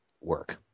work